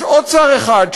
יש עוד שר אחד,